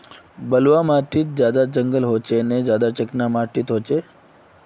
बलवाह माटित ज्यादा जंगल होचे ने ज्यादा चिकना माटित होचए?